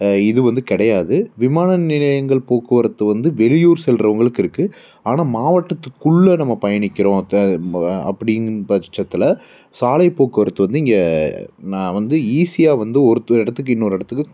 இது வந்து கிடையாது விமான நிலையங்கள் போக்குவரத்து வந்து வெளியூர் செல்கிறவங்களுக்கு இருக்கும் ஆனால் மாவட்டத்துக்குள்ளே நம்ம பயணிக்கிறோம் அப்படின்னு பட்சத்தில் சாலை போக்குவரத்து வந்து இங்கே நான் வந்து ஈஸியாக வந்து ஒருத்து இடத்துக்கு இன்னொரு இடத்துக்கு